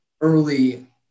early